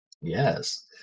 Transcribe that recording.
Yes